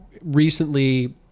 recently